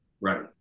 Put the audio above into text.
right